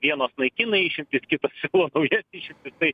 vienos naikina išimtis kitos siūlo naujas išimtis tai